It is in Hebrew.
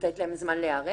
לתת להם זמן להיערך.